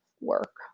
work